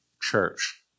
Church